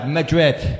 Madrid